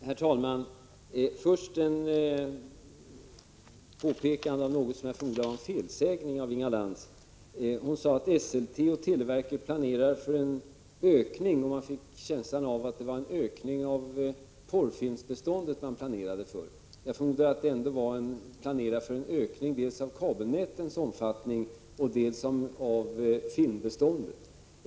Herr talman! Jag vill börja med att göra ett påpekande om något som jag förmodar var en felsägning av Inga Lantz. Hon sade att Esselte och televerket planerar för en ökning, och man fick en känsla av att det gällde en ökning av porrfilmsbeståndet. Jag trodde att den ökning man planerar för gällde dels kabelnätens omfattning, dels filmbeståndet totalt.